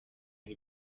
ari